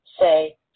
Say